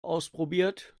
ausprobiert